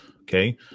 okay